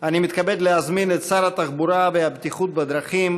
אני מתכבד להזמין את שר התחבורה והבטיחות בדרכים